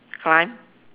crime